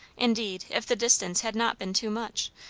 indeed, if the distance had not been too much,